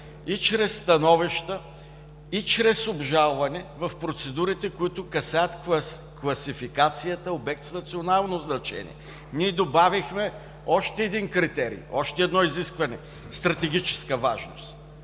и чрез становища, и чрез обжалване в процедурите, които касаят класификацията „обект с национално значение“. Ние добавихме още един критерий, още едно изискване със стратегическа важност,